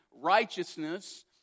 righteousness